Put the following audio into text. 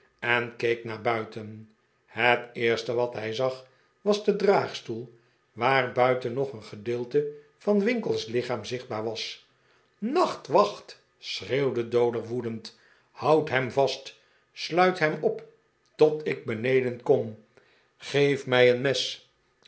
en keek naar buiten het eerste wat hij zag was de draagstoel waarbuiten nog een gedeelte van winkle's lichaam zichtbaar was nachtwacht schreeuwde dowler woedend houd hem vast sluit hem op tot ik beneden kom geef mij een mes